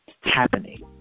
happening